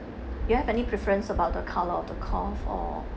you have any preference about the colour of the call for